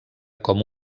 com